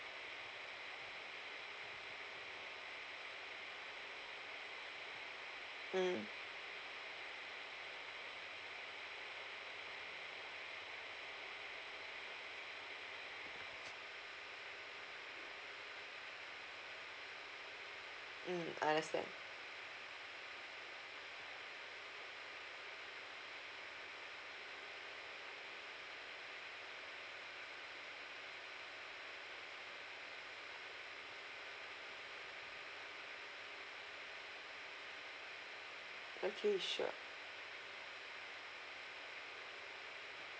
mm mm I understand okay sure